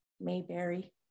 Mayberry